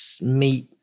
meet